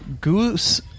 Goose